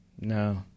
No